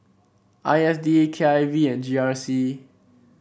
I S D K I V and G R C